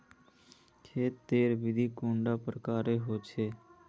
खेत तेर विधि कैडा प्रकारेर होचे?